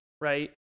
right